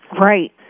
Right